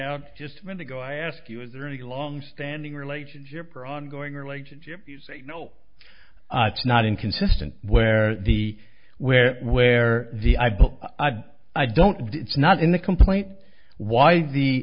out just a month ago i ask you is there any long standing relationship or ongoing relationship you say no it's not inconsistent where the where where the i book i don't it's not in the complaint why the